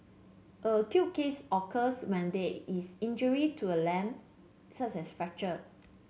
an acute case occurs when there is injury to a limb such as fracture